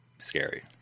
scary